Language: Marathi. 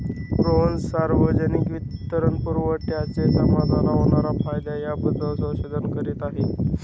रोहन सार्वजनिक वित्तपुरवठ्याचे समाजाला होणारे फायदे याबद्दल संशोधन करीत आहे